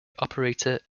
operator